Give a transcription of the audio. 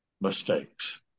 mistakes